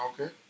Okay